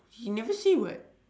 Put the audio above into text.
he never say [what]